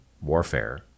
warfare